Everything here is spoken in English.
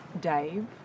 Dave